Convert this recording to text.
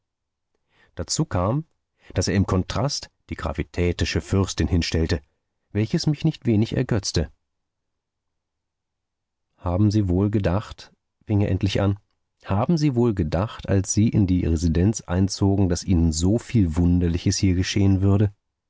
dazu kam daß er im kontrast die gravitätische fürstin hinstellte welches mich nicht wenig ergötzte haben sie wohl gedacht fing er endlich an haben sie wohl gedacht als sie in die residenz einzogen daß ihnen so viel wunderliches hier geschehen würde